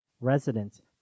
residents